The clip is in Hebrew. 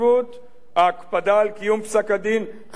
ההקפדה על קיום פסק-הדין חיזקה אותו,